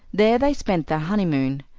there they spent their honeymoon.